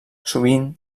sovint